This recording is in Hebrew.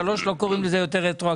אין בעיה, אל תקרא לזה רטרואקטיבי.